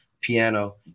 piano